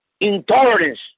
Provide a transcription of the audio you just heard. intolerance